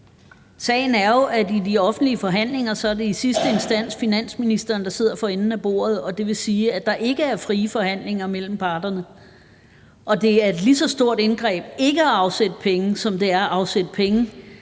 Sagen er jo, at det i de offentlige forhandlinger i sidste instans er finansministeren, der sidder for enden af bordet, og det vil sige, at der ikke er frie forhandlinger mellem parterne. Og det er et lige så stort indgreb ikke at afsætte penge, som det er at afsætte penge.